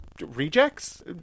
rejects